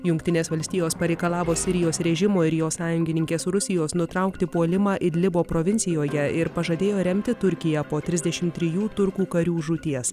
jungtinės valstijos pareikalavo sirijos režimo ir jo sąjungininkės rusijos nutraukti puolimą idlibo provincijoje ir pažadėjo remti turkiją po trisdešimt trijų turkų karių žūties